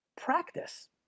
practice